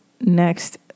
next